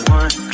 one